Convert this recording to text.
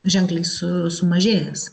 ženkliai su sumažėjęs